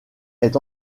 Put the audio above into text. est